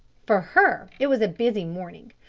for her it was a busy morning.